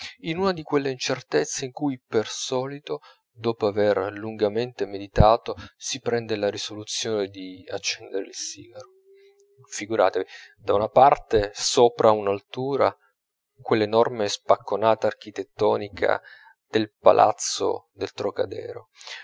in una di quelle incertezze in cui per solito dopo aver lungamente meditato si prende la risoluzione di accendere il sigaro figuratevi da una parte sopra un'altura quell'enorme spacconata architettonica del palazzo del trocadero